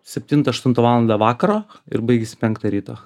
septintą aštuntą valandą vakaro ir baigiasi penktą ryto